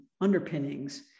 underpinnings